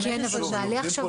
15 שנים --- יורדים פה לרזולוציה